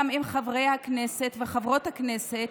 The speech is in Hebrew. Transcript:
גם עם חברי וחברות הכנסת,